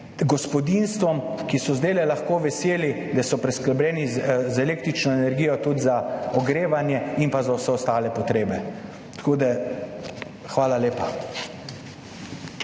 gospodinjstvom, ki so zdaj lahko veseli, da so preskrbljeni z električno energijo, tudi za ogrevanje in za vse ostale potrebe. Hvala lepa.